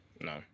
No